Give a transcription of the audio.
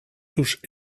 touche